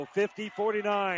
50-49